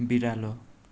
बिरालो